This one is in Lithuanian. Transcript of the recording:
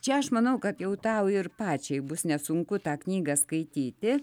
čia aš manau kad jau tau ir pačiai bus nesunku tą knygą skaityti